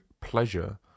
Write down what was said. pleasure